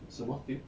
什么 field